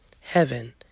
Heaven